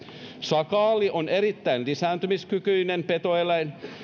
sakaali on erittäin lisääntymiskykyinen petoeläin